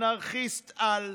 אנרכיסט-על,